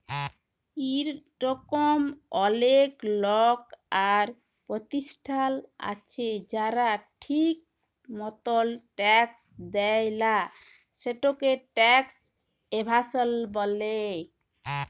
ইরকম অলেক লক আর পরতিষ্ঠাল আছে যারা ঠিক মতল ট্যাক্স দেয় লা, সেটকে ট্যাক্স এভাসল ব্যলে